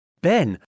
Ben